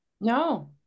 no